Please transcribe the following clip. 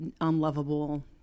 unlovable